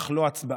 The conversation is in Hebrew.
אך לא הצבעה.